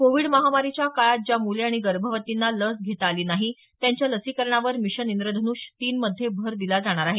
Covid महामारीच्या काळात ज्या मुले आणि गर्भवतींना लस घेता आली नाही त्यांच्या लसीकरणावर मिशन इंद्रधन्ष तीन मध्ये भर दिला जाणार आहे